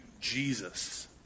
Jesus